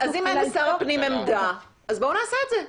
--- אז אם אין לשר הפנים עמדה אז בואו נעשה את זה.